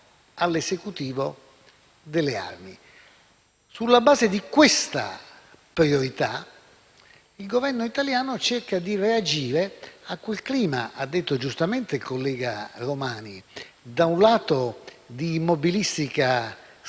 Sulla base di questa priorità il Governo italiano cerca di reagire a quel clima - come ha detto giustamente il collega Romani - da un lato, di immobilistica stagnazione